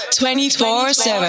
24-7